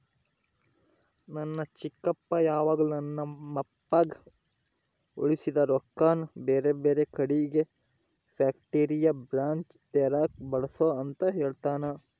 ನನ್ನ ಚಿಕ್ಕಪ್ಪ ಯಾವಾಗಲು ನಮ್ಮಪ್ಪಗ ಉಳಿಸಿದ ರೊಕ್ಕನ ಬೇರೆಬೇರೆ ಕಡಿಗೆ ಫ್ಯಾಕ್ಟರಿಯ ಬ್ರಾಂಚ್ ತೆರೆಕ ಬಳಸು ಅಂತ ಹೇಳ್ತಾನಾ